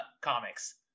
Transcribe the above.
comics